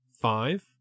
five